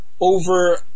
over